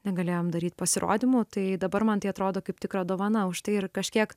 negalėjom daryt pasirodymų tai dabar man tai atrodo kaip tikra dovana už tai ir kažkiek